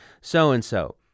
so-and-so